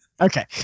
Okay